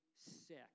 sick